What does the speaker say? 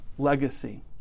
legacy